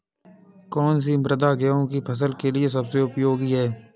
कौन सी मृदा गेहूँ की फसल के लिए सबसे उपयोगी है?